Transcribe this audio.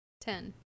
Ten